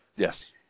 Yes